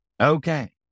Okay